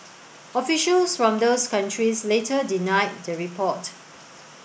officials from those countries later denied the report